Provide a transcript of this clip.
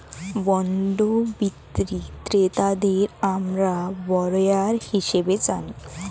bond বিক্রি ক্রেতাদের আমরা বরোয়ার হিসেবে জানি